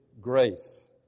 grace